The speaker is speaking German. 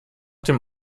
dem